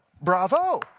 bravo